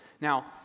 Now